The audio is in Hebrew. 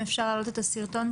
אם אפשר להעלות את הסרטון,